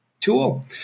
Tool